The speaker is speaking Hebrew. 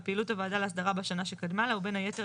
על פעילות הוועדה להסדרה בשנה שקדמה לה ובין היתר